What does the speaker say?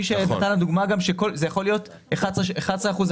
נתנו דוגמה שזה יכול להיות 11 אחוזים,